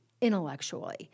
intellectually